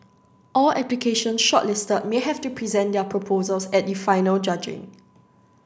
all applications shortlisted may have to present their proposals at the final judging